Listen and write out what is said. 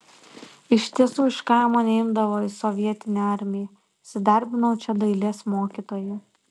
iš tiesų iš kaimo neimdavo į sovietinę armiją įsidarbinau čia dailės mokytoju